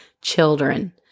children